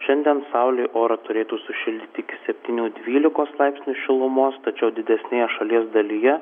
šiandien saulė orą turėtų sušildyti iki septynių dvylikos laipsnių šilumos tačiau didesnėje šalies dalyje